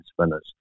spinners